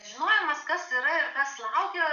žinojimas kas yra ir kas laukia